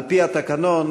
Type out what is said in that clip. על-פי התקנון,